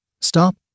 Stop